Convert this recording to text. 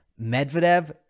Medvedev